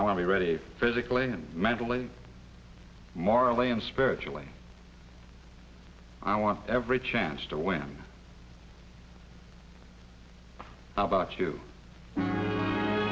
i want to be ready physically and mentally morally and spiritually i want every chance to win how about you